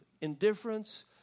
indifference